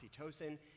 oxytocin